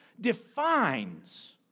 defines